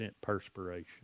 perspiration